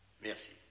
Merci